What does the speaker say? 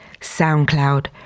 soundcloud